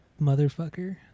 motherfucker